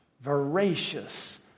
voracious